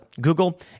Google